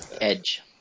Edge